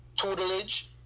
tutelage